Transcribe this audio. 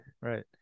Right